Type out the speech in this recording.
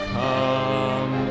come